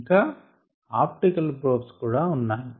ఇంకా optical probes కూడా ఉన్నాయి